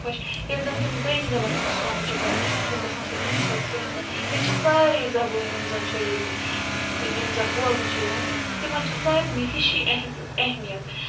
خۄش ییٚلہِ زَن تِم دوٚیِم زَبان ہِندُستانٕچ چھِ بولان تِمن چھِ گژھان سُہ تَمہِ کھۄتہٕ خۄش تہٕ ییٚتہِ چھِ سارے زَبٲنۍ یِم زَن چھِ ییٚتہِ یِم زَن بولنہٕ چھِ یِوان تِم تِمن چھِ سارنٕے ہِشی اہم اہمیت